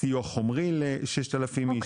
סיוע חומרי ל-6000 איש,